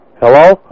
Hello